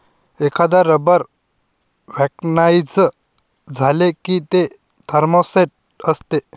एकदा rubber vulcanise झाले की ते थर्मोसेट असते